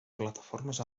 plataformes